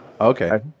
Okay